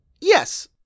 yes